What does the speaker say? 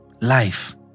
Life